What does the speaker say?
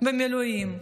במילואים.